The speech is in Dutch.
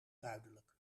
duidelijk